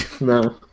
No